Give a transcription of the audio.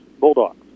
Bulldogs